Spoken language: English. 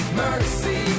mercy